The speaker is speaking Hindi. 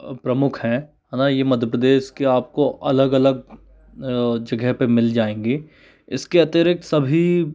प्रमुख है हमारे ये मध्य प्रदेश की आप को अलग अलग जगह पर मिल जाएंगे इसके अतिरीक्त सभी